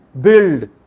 build